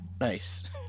Nice